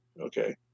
okay